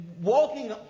walking